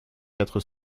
quatre